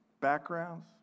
backgrounds